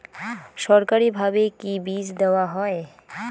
সরকারিভাবে কি বীজ দেওয়া হয়?